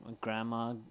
grandma